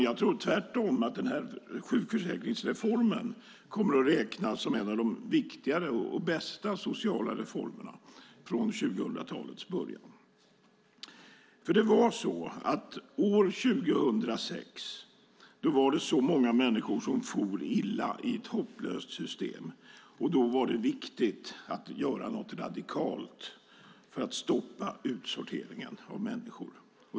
Jag tror att den här sjukförsäkringsreformen kommer att räknas som en av de viktigare och bästa sociala reformerna från 2000-talets början. År 2006 for många människor illa i ett hopplöst system. Det var därför viktigt att göra något radikalt för att stoppa utsorteringen av människor.